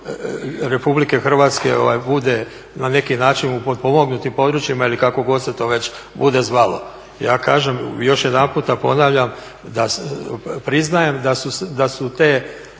taj dio RH bude na neki način u potpomognutim područjima ili kako god se to već bude zvalo. Ja kažem još jedanputa i ponavljam da priznajem da su te